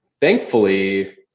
Thankfully